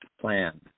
plan